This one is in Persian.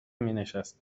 مینشست